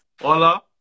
Hola